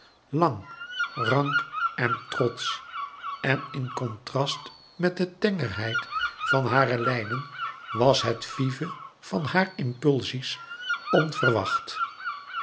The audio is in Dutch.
lang rank en trotsch en in contrast met de tengerheid van hare lijnen was het vive van hare impulsies onverwacht